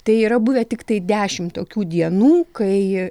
tai yra buvę tiktai dešim tokių dienų kai